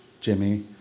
Jimmy